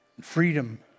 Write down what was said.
Freedom